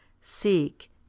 Seek